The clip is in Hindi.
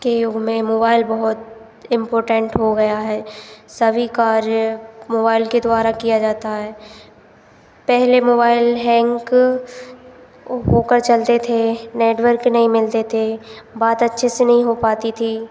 के युग में मोबाइल बहुत इम्पोर्टेन्ट हो गया है सभी कार्य मोबाइल के द्वारा किया जाता है पहले मोबाइल हैंक वो होकर चलते थे नेटवर्क नहीं मिलते थे बात अच्छे से नहीं हो पाती थी